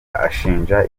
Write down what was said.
ashinja